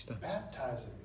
baptizing